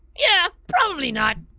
yeah probably not.